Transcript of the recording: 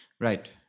Right